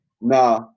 No